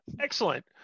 Excellent